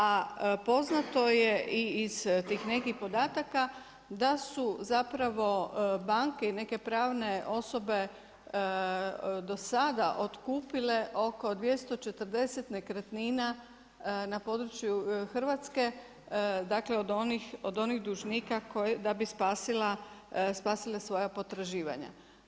A poznato je i iz tih nekih podataka da su banke i neke pravne osobe do sada otkupile oko 240 nekretnina na području Hrvatske, dakle od onih dužnika da bi spasila svoja potraživanja.